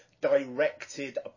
directed